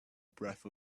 breath